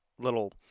little